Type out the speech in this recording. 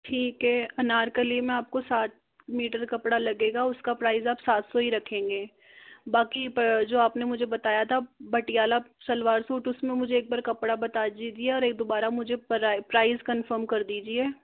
ठीक है अनारकली में आपको सात मीटर कपड़ा लगेगा उसका प्राइस आप सात सौ ही रखेंगे बाकी जो आपने मुझे बताया था पटियाला सलवार सूट उसमें मुझे एक बार कपड़ा बता दीजिये और एक दोबारा मुझे प्राई सूट कन्फर्म कर दीजिए